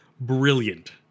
Brilliant